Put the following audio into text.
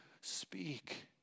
speak